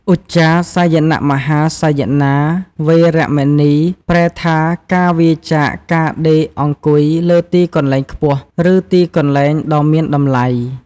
ឧច្ចាសយនមហាសយនា វេរមណី ប្រែថាការវៀរចាកការដេកអង្គុយលើទីកន្លែងខ្ពស់ ឬទីកន្លែងដ៏មានតម្លៃ ។